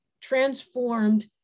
transformed